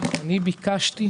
אני ביקשתי.